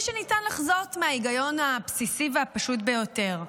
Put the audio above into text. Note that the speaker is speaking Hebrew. שניתן לחזות מההיגיון הבסיסי והפשוט ביותר,